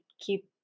keep